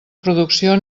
producció